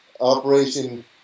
Operation